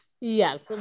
yes